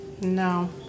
No